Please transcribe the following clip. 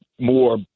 more